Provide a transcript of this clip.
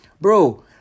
Bro